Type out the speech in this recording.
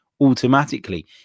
automatically